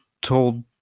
told